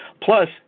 plus